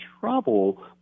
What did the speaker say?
trouble